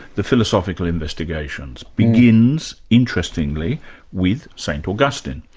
the philosophical investigations begins interestingly with st augustine,